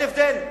אין הבדל.